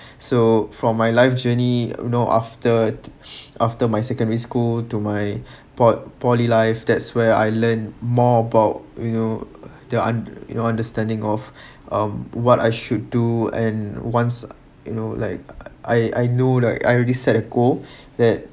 so from my life journey you know after after my secondary school to my po~ poly life that's where I learn more about you know there aren't you know understanding of um what I should do would and once you know like I I know like I already set a goal that